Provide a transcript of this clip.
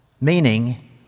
Meaning